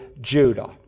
Judah